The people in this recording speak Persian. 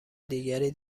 دیگری